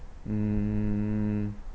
mm